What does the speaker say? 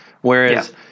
Whereas